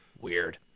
Weird